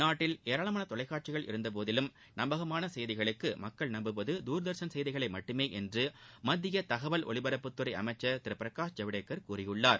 நாட்டில் ஏராளமான தொலைக்காட்சிகள் இருந்த போதிலும் நம்பகமான செய்திகளுக்கு மக்கள் நம்புவது துர்தர்ஷன் செய்திகளை மட்டுமே என்று மத்திய தகவல் ஒலிபரப்புத்துறை அளமச்சர் திரு பிரகாஷ் ஐவடேக்கர் கூறியுள்ளார்